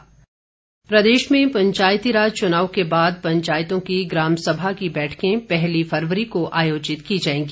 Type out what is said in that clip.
अधिसूचना प्रदेश में पंचायती राज चुनाव के बाद पंचायतों की ग्राम सभा की बैठकें पहली फरवरी को आयोजित की जाएगी